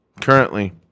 currently